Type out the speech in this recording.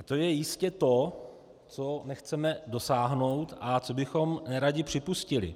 To je jistě to, čeho nechceme dosáhnout a co bychom neradi připustili.